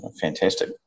fantastic